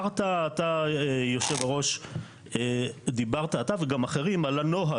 אתה יודע, יש דבר שנקרא